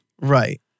Right